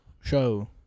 show